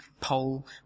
pole